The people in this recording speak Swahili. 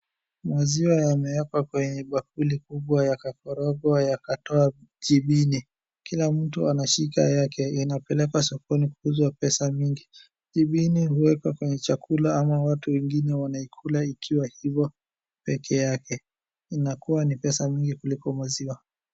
Maziwa yamewekwa kwenye bakuli kubwa yakakorogwa yakatoa jibini. Kila mtu anashika yake. Inapelekwa sokoni kuuzwa pesa mingi. Jibini huwekwa kwenye chakula ama watu wengine waikula ikiwa hivo peke yake. Inakuwa ni pesa mingi kuliko maziwa.